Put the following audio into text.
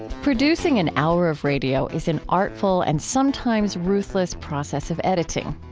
producing an hour of radio is an artful and sometimes ruthless process of editing.